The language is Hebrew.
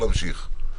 אודי, אתה יכול להמשיך.